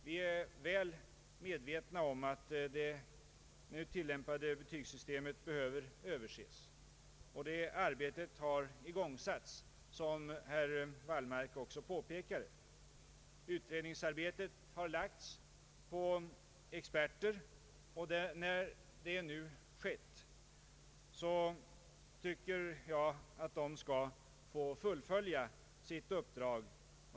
Vi är väl medvetna om att det nuvarande betygssystemet behöver överses, ett arbete som redan har igångsatts, som herr Wallmark också påpekade. Utredningsarbetet har lagts på experter, och när nu så skett anser jag att dessa skall få fullfölja sitt uppdrag.